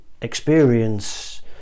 experience